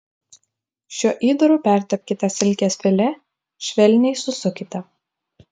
šiuo įdaru pertepkite silkės filė švelniai susukite